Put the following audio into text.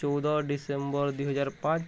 ଚଉଦ ଡିସେମ୍ବର ଦୁଇ ହଜାର ପାଞ୍ଚ